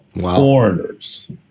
Foreigners